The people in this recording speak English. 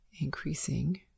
increasing